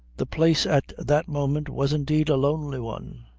the place at that moment was, indeed, a lonely one,